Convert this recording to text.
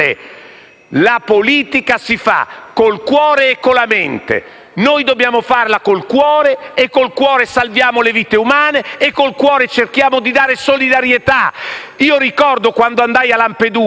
La politica si fa col cuore e con la mente. Noi dobbiamo farla col cuore, col cuore salviamo le vite umane e con il cuore cerchiamo di dare solidarietà. Io ricordo quando andai a Lampedusa